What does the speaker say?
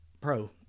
Pro